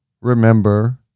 remember